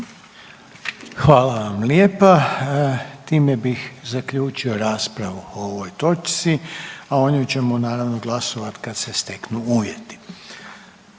Hvala vam lijepa. Time bih zaključio raspravu o ovoj točci, a o njoj ćemo naravno glasovat kad se steknu uvjeti.